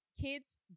Kids